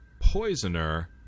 poisoner